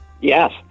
Yes